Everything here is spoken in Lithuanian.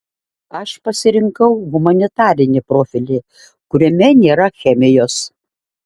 aš pasirinkau humanitarinį profilį kuriame nėra chemijos